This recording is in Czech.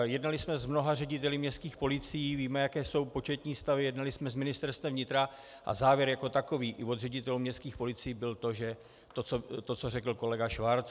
Jednali jsme s mnoha řediteli městských policií, víme, jaké jsou početní stavy, jednali jsme s Ministerstvem vnitra a závěr jako takový i od ředitelů městských policií byl to, co řekl kolega Schwarz.